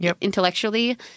intellectually